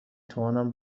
توانم